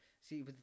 See